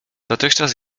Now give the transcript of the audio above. dotychczas